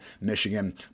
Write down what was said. Michigan